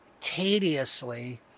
tediously